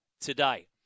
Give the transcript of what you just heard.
today